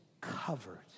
covered